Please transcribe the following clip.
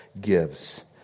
gives